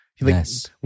Yes